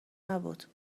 نبود